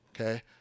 Okay